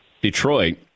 Detroit